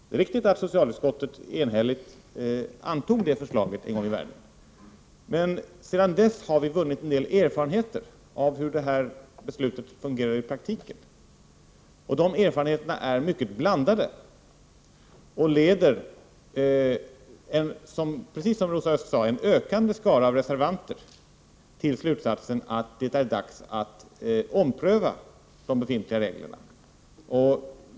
Det är riktigt att socialutskottet enhälligt antog det förslaget en gång i världen, men sedan dess har vi vunnit en del erfarenheter av hur beslutet fungerat i praktiken, och de erfarenheterna är mycket blandade och leder, som Rosa Östh sade, en ökande skara av reservanter till slutsatsen att det är dags att ompröva de befintliga reglerna.